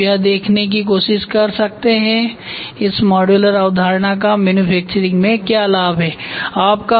फिर आप यह देखने की कोशिश कर सकते हैं कि इस मॉड्यूलर अवधारणा का मैन्युफैक्चरिंग में क्या लाभ है